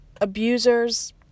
abusers